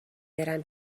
برم